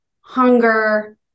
hunger